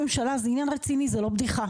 נבצרות של ראש ממשלה זה עניין רציני זה לא בדיחה,